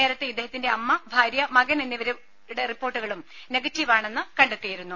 നേരത്തെ ഇദ്ദേഹത്തിന്റെ അമ്മ ഭാര്യ മകൻ എന്നിവരുടെ റിപ്പോർട്ടുകളും നെഗറ്റീവ് ആണെന്ന് കണ്ടെത്തിയിരുന്നു